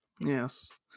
Yes